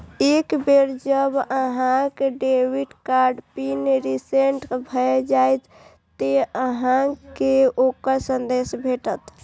एक बेर जब अहांक डेबिट कार्ड पिन रीसेट भए जाएत, ते अहांक कें ओकर संदेश भेटत